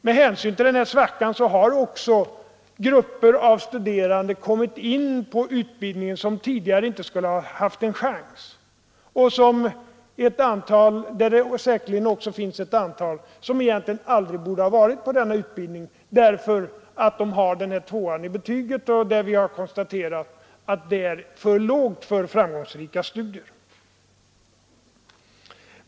Med hänsyn till den här svackan har också grupper av studerande kommit in på utbildningen som tidigare inte skulle ha haft en chans. Det finns säkerligen ett antal som egentligen aldrig borde ha varit på denna utbildning, eftersom de har den diskuterade tvåan i betyget, som vi har konstaterat är ett för lågt betyg för framgångsrika studier.